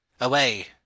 away